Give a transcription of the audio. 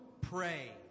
pray